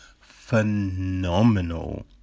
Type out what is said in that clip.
Phenomenal